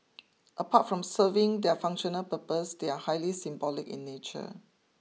apart from serving their functional purpose they are highly symbolic in nature